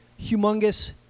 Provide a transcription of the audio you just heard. humongous